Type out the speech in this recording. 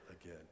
again